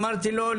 אמרתי לו,